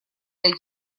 для